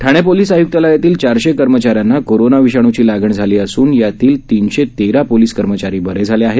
Thane police आय्क्तालयातील चारशे कर्मचाऱ्यांना कोरोना विषाणूची लागण झाली असून यातील तिनशे तेरा पोलीस कर्मचारी बरे झाले आहेत